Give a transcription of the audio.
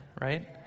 right